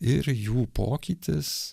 ir jų pokytis